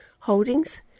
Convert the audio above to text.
Holdings